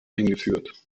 eingeführt